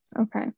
Okay